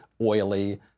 oily